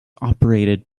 operated